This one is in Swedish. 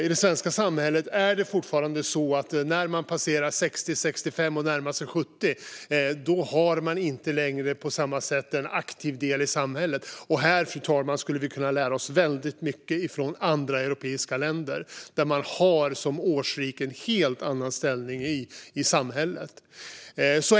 I det svenska samhället är det fortfarande så att när man passerar 60 eller 65 och närmar sig 70 år har man inte längre på samma sätt en aktiv del i samhället. Här, fru talman, skulle vi kunna lära oss väldigt mycket från andra europeiska länder där man som årsrik har en helt annan ställning i samhället.